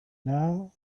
now